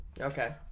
okay